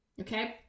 Okay